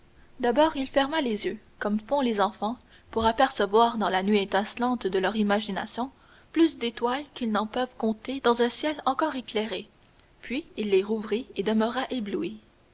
d'abord il ferma les yeux comme font les enfants pour apercevoir dans la nuit étincelante de leur imagination plus d'étoiles qu'ils n'en peuvent compter dans un ciel encore éclairé puis il les rouvrit et demeura ébloui